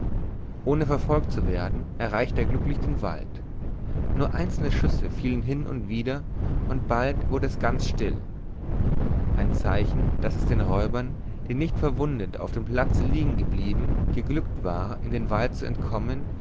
ohne verfolgt zu werden erreichte er glücklich den wald nur einzelne schüsse fielen hin und wieder und bald wurde es ganz still ein zeichen daß es den räubern die nicht verwundet auf dem platze liegen geblieben geglückt war in den wald zu entkommen